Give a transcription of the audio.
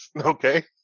okay